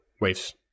waves